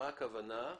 מה הכוונה?